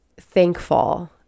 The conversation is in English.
thankful